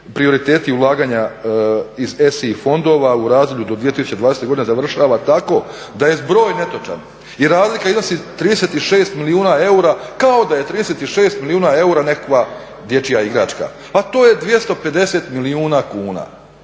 prioriteti ulaganja iz ESI fondova u razdoblju do 2020. godine završava tako da je zbroj netočan i razlika iznosi 36 milijuna eura kao da je 36 milijuna eura nekakva dječja igračka. A to je 250 milijuna kuna.